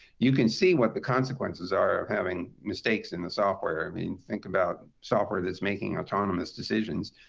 you can see what the consequences are of having mistakes in the software. i mean, think about software that's making autonomous decisions.